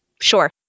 sure